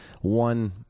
one